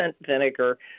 vinegar